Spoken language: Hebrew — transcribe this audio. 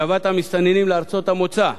השבת המסתננים לארצות המוצא,